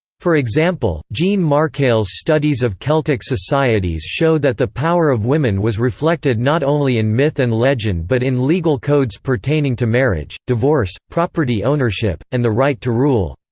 for example, jean markale's studies of celtic societies show that the power of women was reflected not only in myth and legend but in legal codes pertaining to marriage, divorce, property ownership, and the right to rule.